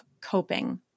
coping